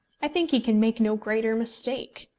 i think he can make no greater mistake.